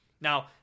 Now